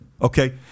Okay